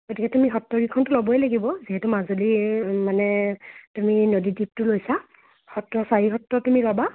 গতিকে তুমি সত্ৰকেইখনতো ল'বই লাগিব যিহেতু মাজুলিৰ মানে তুমি নদীদ্বিপটো লৈছা সত্ৰ চাৰিসত্ৰ তুমি ল'বা